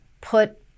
put